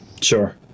sure